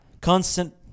constant